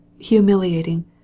humiliating